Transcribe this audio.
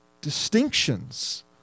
distinctions